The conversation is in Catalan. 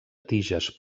tiges